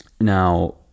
Now